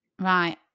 Right